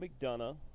McDonough